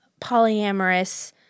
polyamorous